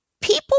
people